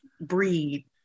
breed